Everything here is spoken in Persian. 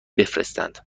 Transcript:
بفرستند